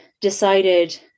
decided